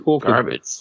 garbage